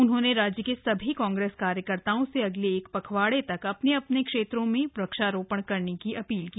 उन्होंने राज्य के सभी कांग्रेस कार्यकर्ताओं से अगले एक पखवाड़े तक अपने अपने क्षेत्रों में वृक्षारोपण करने की अपील की